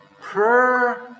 Prayer